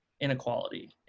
inequality